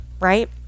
right